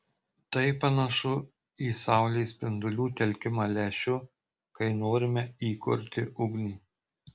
tai panašu į saulės spindulių telkimą lęšiu kai norime įkurti ugnį